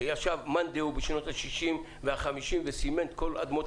שישב מאן דהוא בשנות ה-50 וה-60 וסימן את כל אדמות